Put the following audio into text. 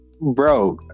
bro